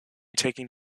taking